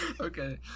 Okay